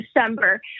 December